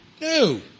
No